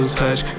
touch